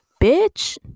bitch